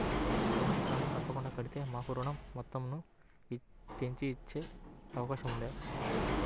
ఋణం క్రమం తప్పకుండా కడితే మాకు ఋణం మొత్తంను పెంచి ఇచ్చే అవకాశం ఉందా?